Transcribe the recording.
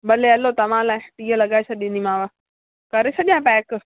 भले हलो तव्हां लाइ टीह लॻाए छॾींदीमांव करे छॾियां पैक